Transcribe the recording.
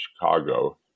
Chicago